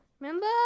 Remember